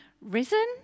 risen